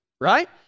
Right